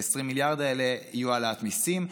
וה-20 מיליארד האלה יהיו העלאת מיסים.